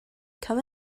come